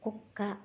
కుక్క